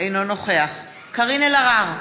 אינו נוכח קארין אלהרר,